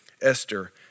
Esther